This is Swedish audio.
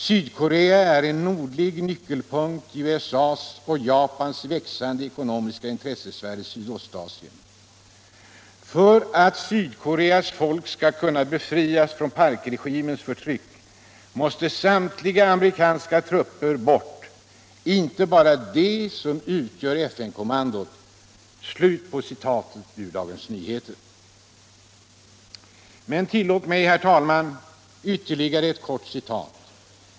Sydkorea är en nordlig nyckelpunkt i USA:s och Japans växande ekonomiska intressesfär i Sydostasien. För att Sydkoreas folk skall kunna befrias från Parkregimens förtryck måste samtliga amerikanska trupper bort — inte bara de som utgör FN kommandot.” Tillåt mig, herr talman, att göra ytterligare ett kort citat.